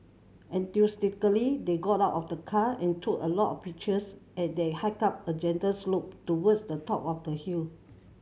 enthusiastically they got out of the car and took a lot of pictures as they hiked up a gentle slope towards the top of the hill